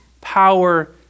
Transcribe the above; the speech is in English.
power